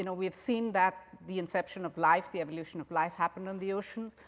you know we have seen that the inception of life, the evolution of life happened on the ocean.